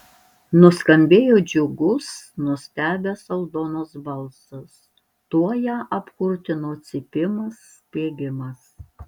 nuskambėjo džiugus nustebęs aldonos balsas tuoj ją apkurtino cypimas spiegimas